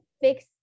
fix